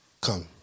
come